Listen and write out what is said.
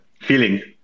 feeling